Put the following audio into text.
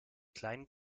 kleinen